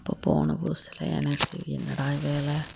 அப்போ போன புதுசில் எனக்கு என்னடா வேலை